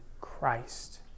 christ